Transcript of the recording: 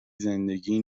زندگی